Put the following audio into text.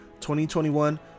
2021